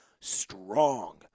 strong